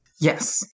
Yes